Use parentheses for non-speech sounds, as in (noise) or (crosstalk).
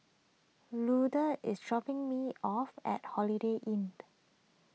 Luther is dropping me off at Holiday Inn (noise)